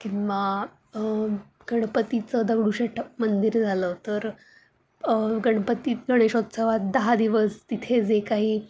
किंवा गणपतीचं दगडूशेठ मंदिर झालं तर गणपतीत गणेशोत्सवात दहा दिवस तिथे जे काही